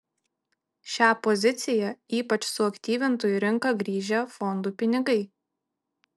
šią poziciją ypač suaktyvintų į rinką grįžę fondų pinigai